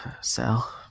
Sal